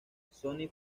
sonic